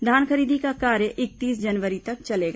धान खरीदी का कार्य इकतीस जनवरी तक चलेगा